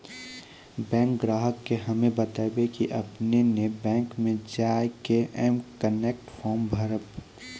bank ग्राहक के हम्मे बतायब की आपने ने बैंक मे जय के एम कनेक्ट फॉर्म भरबऽ